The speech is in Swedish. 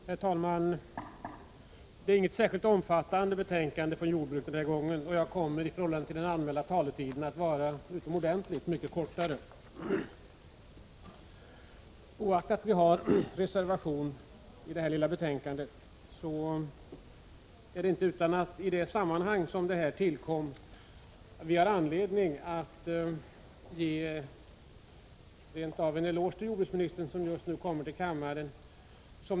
Herr talman! Detta betänkande från jordbruksutskottet är inte särskilt omfattande, och jag kommer också att fatta mig kortare än den anmälda taletiden. Trots att vi har avgivit reservation vid detta lilla betänkande har vi anledning att ge en eloge till jordbruksministern, som just kommer in i kammaren.